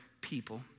people